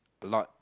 a lot